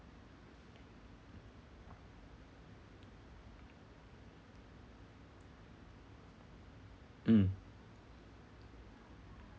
mm